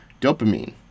dopamine